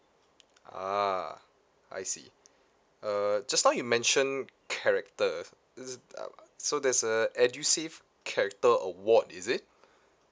ah I see uh just now you mentioned character is um so there's a edusave character award is it